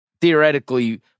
theoretically